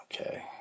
Okay